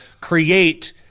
create